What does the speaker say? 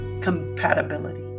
compatibility